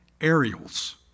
Aerials